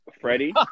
Freddie